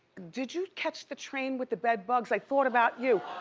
did you catch the train with the bedbugs? i thought about you.